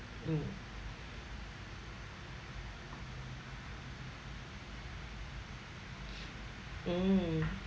mm mm